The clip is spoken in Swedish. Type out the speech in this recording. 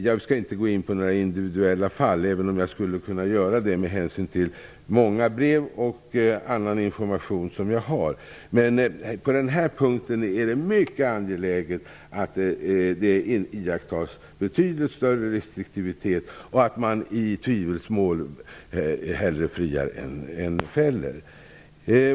Jag skall inte gå in på några individuella fall, även om jag skulle kunna göra det med hänsyn till många brev och annan information som jag har. På den här punkten är det mycket angeläget att iaktta betydligt större restriktivitet och att i tvivelsmål hellre fria än fälla.